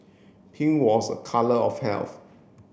pink was a colour of health